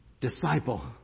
Disciple